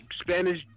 Spanish